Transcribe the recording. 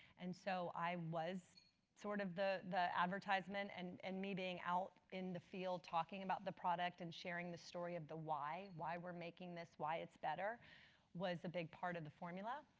and so i was sort of the the advertisement and and me being out in the field talking about the product and sharing the story of the why, why we're making this? why it's better was a big part of the formula?